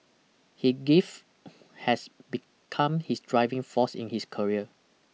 he grief has become his driving force in his career